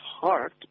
heart